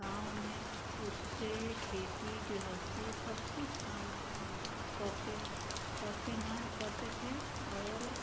गाँव में उससे खेती गृहस्थी सब कुछ काम करते करते हैं करते थे और